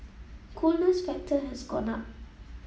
coolness factor has gone up